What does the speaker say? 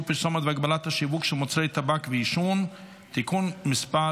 פרסומת והגבלתה שיווק של מוצרי טבק ועישון (תיקון מס'